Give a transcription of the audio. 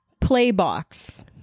Playbox